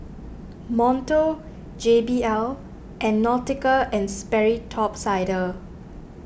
Monto J B L and Nautica and Sperry Top Sider